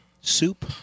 soup